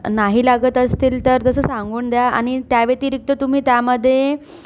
नाही लागत असतील तर तसं सांगून द्या आणि त्याव्यतिरिक्त तुम्ही त्यामध्ये